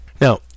Now